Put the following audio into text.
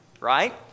right